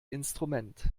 instrument